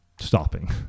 stopping